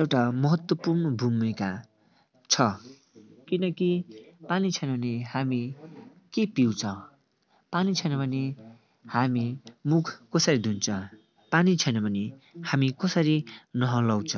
एउटा महत्वपूर्ण भूमिका छ किनकि पानी छैन भने हामी के पिउँछ पानी छैन भने हामी मुख कसरी धुन्छ पानी छैन भने हामी कसरी नुहाउँछ